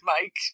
Mike